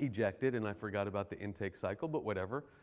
ejected. and i forgot about the intake cycle, but whatever.